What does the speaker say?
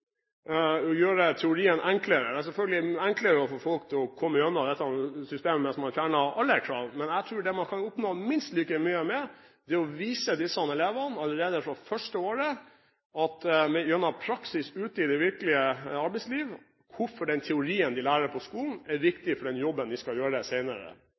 få folk til å komme gjennom dette systemet dersom man fjerner alle krav, men jeg tror man kan oppnå minst like mye ved å vise disse elevene allerede fra første året, gjennom praksis ute i det virkelige arbeidsliv, hvorfor den teorien de lærer på skolen, er viktig for den jobben de skal gjøre senere. Det